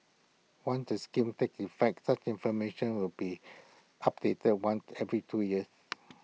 once the scheme takes effect such information will be updated once every two years